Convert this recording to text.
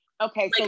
Okay